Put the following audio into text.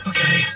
Okay